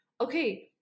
okay